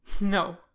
No